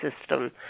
system